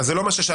זה לא מה ששאלתי.